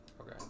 Okay